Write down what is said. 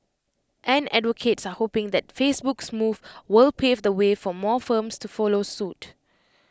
and advocates are hoping that Facebook's move will pave the way for more firms to follow suit